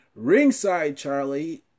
ringsidecharlie